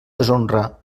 deshonra